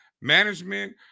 management